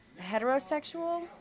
heterosexual